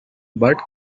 but